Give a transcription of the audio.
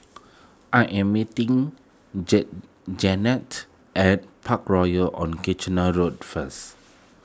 I am meeting Janette at Parkroyal on Kitchener Road first